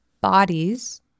bodies